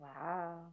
Wow